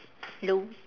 hello